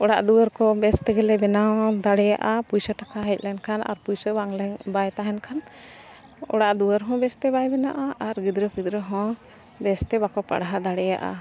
ᱚᱲᱟᱜ ᱫᱩᱣᱟᱹᱨ ᱠᱚ ᱵᱮᱥ ᱛᱮᱜᱮ ᱞᱮ ᱵᱮᱱᱟᱣ ᱫᱟᱲᱮᱭᱟᱜᱼᱟ ᱯᱚᱭᱥᱟ ᱴᱟᱠᱟ ᱦᱮᱡ ᱞᱮᱱᱠᱷᱟᱱ ᱟᱨ ᱯᱚᱭᱥᱟ ᱵᱟᱝ ᱞᱮ ᱵᱟᱭ ᱛᱟᱦᱮᱱ ᱠᱷᱟᱱ ᱚᱲᱟᱜ ᱫᱩᱣᱟᱹᱨ ᱦᱚᱸ ᱵᱮᱥᱛᱮ ᱵᱟᱭ ᱵᱮᱱᱟᱜᱼᱟ ᱟᱨ ᱜᱤᱫᱽᱨᱟᱹ ᱯᱤᱫᱽᱨᱟᱹ ᱦᱚᱸ ᱵᱮᱥᱛᱮ ᱵᱟᱠᱚ ᱯᱟᱲᱦᱟᱣ ᱫᱟᱲᱮᱭᱟᱜᱼᱟ